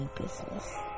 business